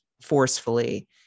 forcefully